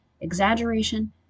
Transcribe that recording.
exaggeration